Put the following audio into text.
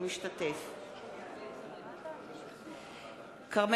(קוראת בשמות חברי הכנסת) ראובן ריבלין,